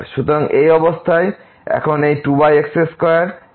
সুতরাং এই অবস্থা এখন এই 2x2 এবং এই 1x2